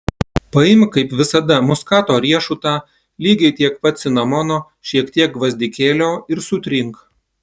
paimk kaip visada muskato riešutą lygiai tiek pat cinamono šiek tiek gvazdikėlio ir sutrink